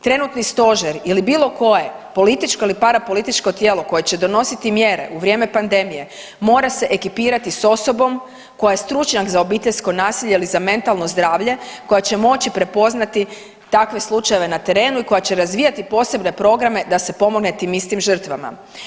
Trenutno stožer ili bilokoje političko ili parapolitičko tijelo koje će donositi mjere u vrijeme pandemije, mora se ekipirati s osobom koja je stručnjak za obiteljsko nasilje ili za mentalno zdravlje koja će moći prepoznati takve slučajeve na terenu i koja će razvijati posebne programe da se pomogne tim žrtvama.